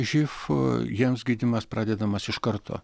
živ jiems gydymas pradedamas iš karto